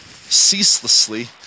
ceaselessly